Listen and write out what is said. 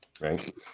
right